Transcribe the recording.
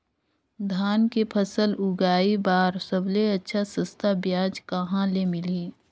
धान के फसल उगाई बार सबले अच्छा सस्ता ब्याज कहा ले मिलही?